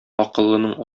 акыллының